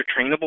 trainable